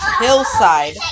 hillside